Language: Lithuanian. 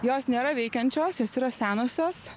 jos nėra veikiančios jos yra senosios